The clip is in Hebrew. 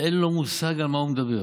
אין לו מושג על מה הוא מדבר.